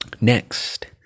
Next